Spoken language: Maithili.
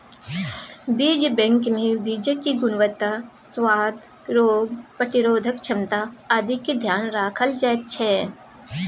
बीज बैंकमे बीजक गुणवत्ता, सुआद, रोग प्रतिरोधक क्षमता आदिक ध्यान राखल जाइत छै